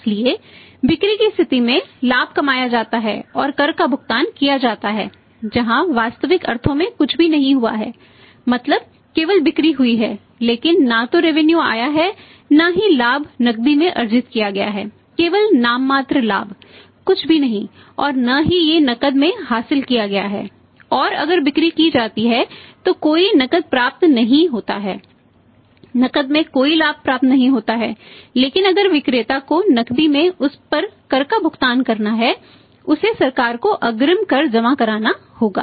इसलिए बिक्री की स्थिति में लाभ कमाया जाता है और कर का भुगतान किया जाता है जहां वास्तविक अर्थों में कुछ भी नहीं हुआ है मतलब केवल बिक्री हुई है लेकिन न तो रेवेन्यू आया है न ही लाभ नकदी में अर्जित किया गया है केवल नाममात्र लाभ कुछ भी नहीं और न ही यह नकद में हासिल किया गया है और अगर बिक्री की जाती है तो कोई नकद प्राप्त नहीं होता है नकद में कोई लाभ प्राप्त नहीं होता है लेकिन अगर विक्रेता को नकदी में उस पर कर का भुगतान करना है उसे सरकार को अग्रिम कर जमा करना होगा